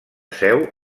seu